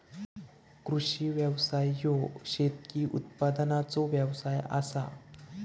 कृषी व्यवसाय ह्यो शेतकी उत्पादनाचो व्यवसाय आसा